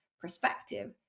perspective